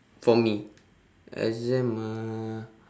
for me exam uh